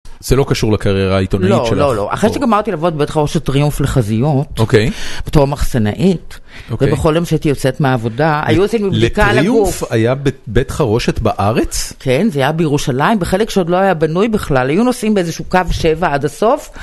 זה לא קשור לקריירה העיתונאית שלך. לא, לא אחרי כשגמרתי לעבוד בבית חרושת טריומף לחזיות בתור מחסנאית ובכל יום כשהייתי יוצאת מהעבודה היו עושים בדיקה על הגוף. לטריומף היה בית חרושת בארץ? כן זה היה בירושלים בחלק שעוד לא היה בנוי בכלל היו נוסעים באיזה שהוא קו 7 עד הסוף.